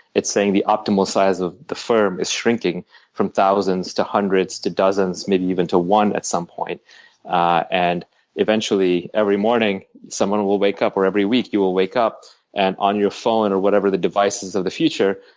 it's saying the optimal size of the firm is shrinking from thousands to hundreds to dozens, maybe even to one at some point and eventually, every morning someone will wake up, or every week you wake up and on your phone or whatever the device is of the future,